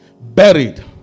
buried